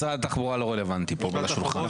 משרד התחבורה לא רלוונטי פה בשולחן.